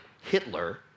Hitler